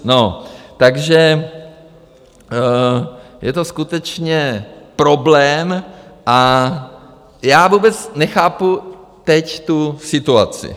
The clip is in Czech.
No, takže je to skutečně problém a já vůbec nechápu teď tu situaci.